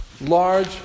Large